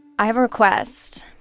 i have a request.